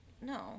No